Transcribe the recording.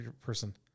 person